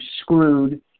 screwed